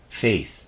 faith